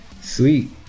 sweet